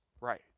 right